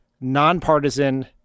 nonpartisan